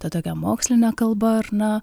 ta tokia moksline kalba ar na